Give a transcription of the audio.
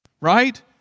right